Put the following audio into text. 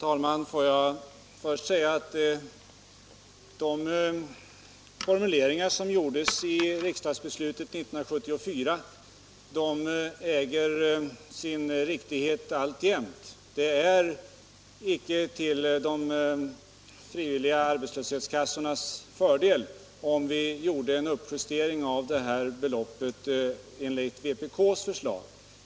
Herr talman! Formuleringarna i riksdagsbeslutet år 1974 äger alltjämt sin riktighet. Det vore icke till de frivilliga arbetslöshetskassornas fördel, om vi gjorde en uppjustering av beloppet för det kontanta arbetsmarknadsstödet enligt vpk:s förslag.